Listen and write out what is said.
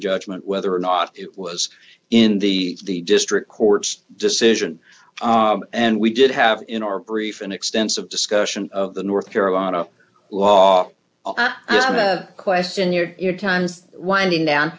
judgment whether or not it was in the the district court's decision and we did have in our brief and extensive discussion of the north carolina law i'm a question your time's winding down